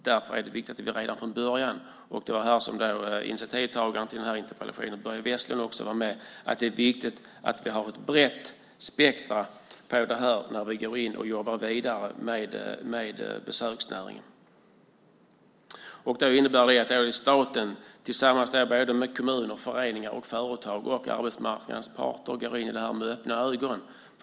Därför är det viktigt att se till detta redan från början. Också initiativtagaren till interpellationen, Börje Vestlund, sade att det är viktigt att vi har ett brett spektrum när vi jobbar vidare med besöksnäringen. Det innebär att det är viktigt att staten tillsammans med kommuner, föreningar, företag och arbetsmarknadens parter går in i detta med öppna ögon.